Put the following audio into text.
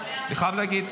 הזוועות, אני חייב להגיד.